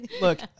Look